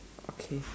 okay